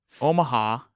Omaha